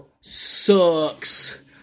sucks